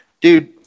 Dude